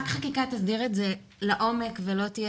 רק חקיקה תסדיר את זה לעומק ולא תהיה